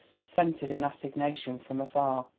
scented an assignation from afar.